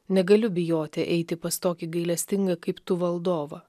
negaliu bijoti eiti pas tokį gailestingą kaip tu valdovą